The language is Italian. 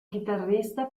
chitarrista